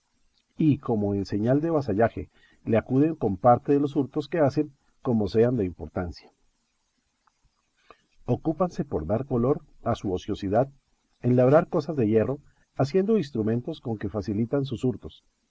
y como en señal de vasallaje le acuden con parte de los hurtos que hacen como sean de importancia ocúpanse por dar color a su ociosidad en labrar cosas de hierro haciendo instrumentos con que facilitan sus hurtos